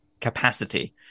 capacity